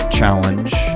challenge